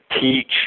teach